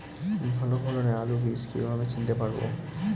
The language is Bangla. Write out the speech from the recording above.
ভালো ফলনের আলু বীজ কীভাবে চিনতে পারবো?